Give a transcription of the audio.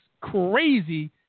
crazy